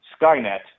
Skynet